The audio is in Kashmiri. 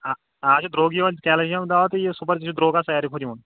اَ اَز چھِ درٛوگ یِوَان کیلشَم دَوا تہٕ یہِ سوٗپَر تہِ چھِ درٛوگ حظ ساروی کھۄتہٕ یِوَان